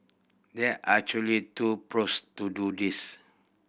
there actually two pros to do this